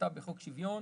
הותוותה בחוק שוויון,